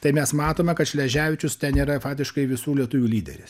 tai mes matome kad šleževičius nėra fatiškai visų lietuvių lyderis